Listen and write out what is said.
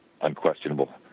unquestionable